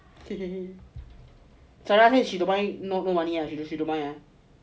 zara say she don't mind no money she don't mind ah